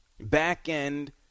back-end